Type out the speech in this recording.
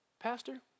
Pastor